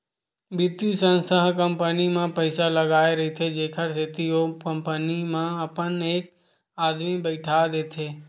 बित्तीय संस्था ह कंपनी म पइसा लगाय रहिथे तेखर सेती ओ कंपनी म अपन एक आदमी बइठा देथे